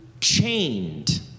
chained